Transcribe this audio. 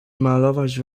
malować